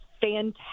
fantastic